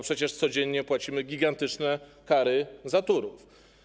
Przecież codziennie płacimy gigantyczne kary za Turów.